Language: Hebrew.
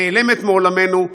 נעלמת מעולמנו.